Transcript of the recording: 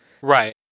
right